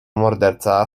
morderca